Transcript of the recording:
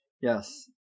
Yes